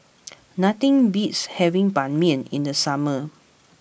nothing beats having Ban Mian in the summer